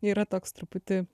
yra toks truputį